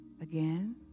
Again